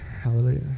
Hallelujah